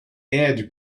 edge